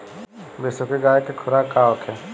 बिसुखी गाय के खुराक का होखे?